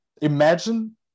imagine